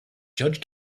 judge